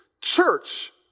Church